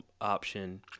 option